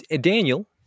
Daniel